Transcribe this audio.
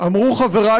אמרו חברי,